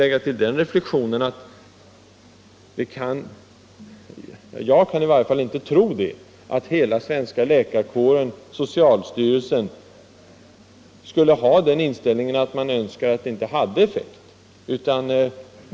Jag vill tillägga att åtminstone inte jag kan tro att hela svenska läkarkåren och socialstyrelsen önskar att medlen inte skulle ha effekt.